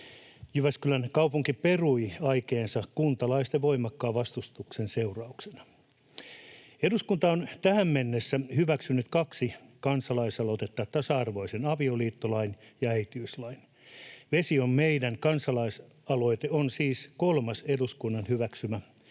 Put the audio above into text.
Jyväskylän kaupunki perui aikeensa kuntalaisten voimakkaan vastustuksen seurauksena. Eduskunta on tähän mennessä hyväksynyt kaksi kansalaisaloitetta: tasa-arvoisen avioliittolain ja äitiyslain. Vesi on meidän ‑kansalaisaloite on siis kolmas eduskunnan hyväksymä